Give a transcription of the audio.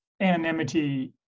anonymity